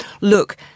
look